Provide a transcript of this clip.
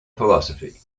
philosophy